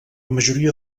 majoria